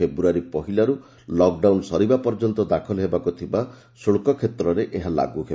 ଫେବୃୟାରୀ ପହିଲାରୁ ଲକ୍ଡାଉନ୍ ସରିବା ପର୍ଯ୍ୟନ୍ତ ଦାଖଲ ହେବାକୁ ଥିବା ଶୁଳ୍କ କ୍ଷେତ୍ରରେ ଏହା ଲାଗୁ ହେବ